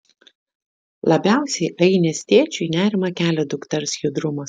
labiausiai ainės tėčiui nerimą kelia dukters judrumas